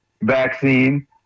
vaccine